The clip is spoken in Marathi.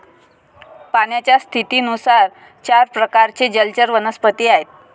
पाण्याच्या स्थितीनुसार चार प्रकारचे जलचर वनस्पती आहेत